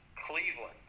Cleveland